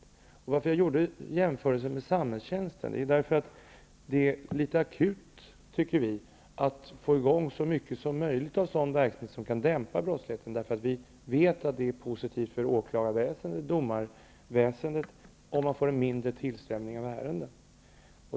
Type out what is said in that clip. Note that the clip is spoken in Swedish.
Anledningen till att jag gjorde jämförelsen med samhällstjänsten är att det är litet akut att nu få i gång så mycket som möjligt av sådan verksamhet som kan dämpa brottsligheten. Vi vet att det är positivt för åklagarväsendet och domstolsväsendet om de får en mindre tillströmning av ärenden.